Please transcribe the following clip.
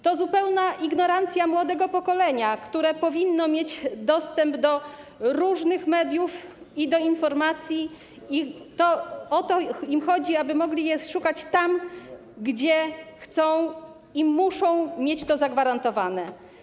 To zupełna ignorancja młodego pokolenia, które powinno mieć dostęp do różnych mediów i do informacji, i o to chodzi, aby mogli jej szukać tam, gdzie chcą, i muszą mieć to zagwarantowane.